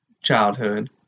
childhood